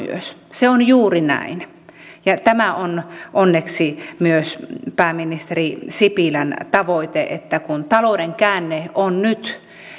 se on juuri näin ja tämä on onneksi myös pääministeri sipilän tavoite että kun talouden käänne on nyt